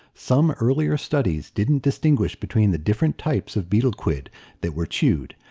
some earlier studies didn't distinguish between the different types of betel quid that were chewed,